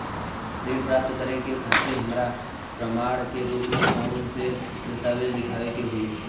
ऋण प्राप्त करे के खातिर हमरा प्रमाण के रूप में कउन से दस्तावेज़ दिखावे के होइ?